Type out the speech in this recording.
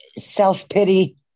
self-pity